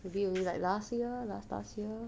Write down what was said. is it like last year last last year